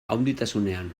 handitasunean